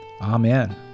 Amen